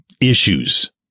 issues